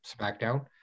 SmackDown